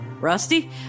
Rusty